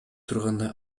тургандай